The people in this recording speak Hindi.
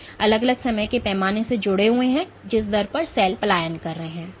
तो उस समय से अलग अलग समय के पैमाने जुड़े हुए हैं जिस दर पर सेल पलायन कर रहा है